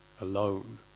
alone